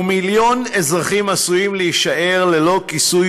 ומיליון אזרחים עשויים להישאר ללא כיסוי